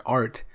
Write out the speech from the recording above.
art